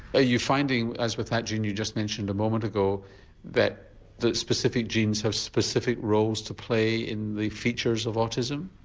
ah you finding as with that gene you just mentioned a moment ago that the specific genes have specific roles to play in the features of autism?